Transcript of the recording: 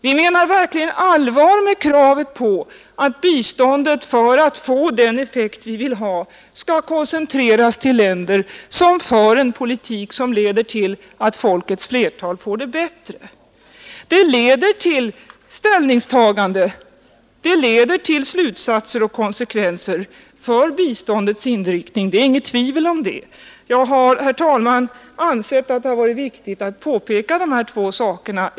Vi menar verkligen allvar med kravet på att biståndet skall koncentreras till länder som för en politik som leder till att folkets flertal får det bättre. Det medför ställningstaganden, det leder till slutsatser och konsekvenser för biståndets inriktning; det är inget tvivel om det. Jag har, herr talman, efter dagens debatt ansett det viktigt att påpeka dessa två saker.